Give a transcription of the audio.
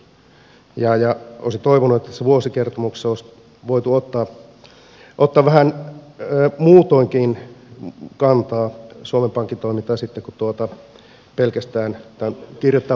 olisin toivonut että tässä vuosikertomuksessa olisi voitu ottaa vähän muutoinkin kantaa suomen pankin toimintaan kuin pelkästään kirjoittaa vuosikertomuksen pohjalta